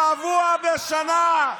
שבוע בשנה.